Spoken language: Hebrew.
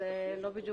אז זה לא בדיוק